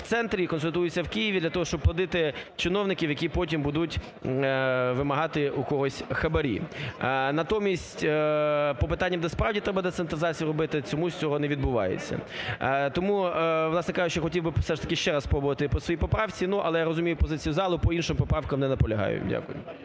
в центрі і концентруються у Києві для того, щоб плодити чиновників, які потім будуть вимагати у когось хабарі. Натомість по питанням, де справді треба децентралізацію робити, чомусь цього не відбувається. Тому, власне кажучи, хотів би все ж таки ще раз спробувати по своїй поправці, але я розумію позицію залу. По іншим поправкам не наполягаю. Дякую.